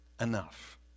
enough